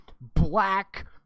black